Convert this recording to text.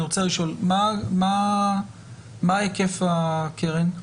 מה היקף הקרן?